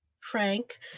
Frank